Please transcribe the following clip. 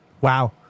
Wow